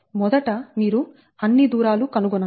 మొదట మీరు అన్ని దూరాలు కనుగొనాలి